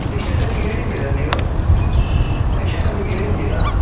ಶಿಕ್ಷಕರಿಗೆ ಹೇಳಿದ್ದೀರಾ ನೀವು ಶಿಕ್ಷಕರಿಗೆ ಹೇಳಿದ್ದೀರಾ